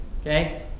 Okay